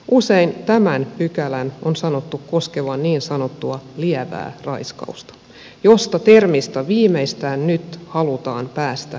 usein tämän pykälän on sanottu koskevan niin sanottua lievää raiskausta josta termistä viimeistään nyt halutaan päästä eroon